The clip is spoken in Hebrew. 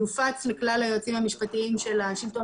יופץ לכלל היועצים המשפטיים של השלטון